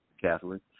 Catholic